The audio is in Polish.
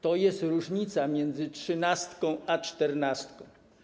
To jest różnica między trzynastką a czternastką.